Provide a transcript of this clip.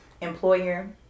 employer